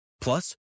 plus